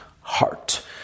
heart